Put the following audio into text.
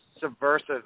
subversive